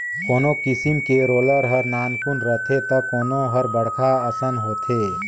कोनो किसम के रोलर हर नानकुन रथे त कोनो हर बड़खा असन होथे